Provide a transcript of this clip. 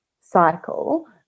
cycle